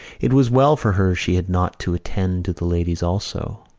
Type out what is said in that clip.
it was well for her she had not to attend to the ladies also.